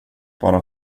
bara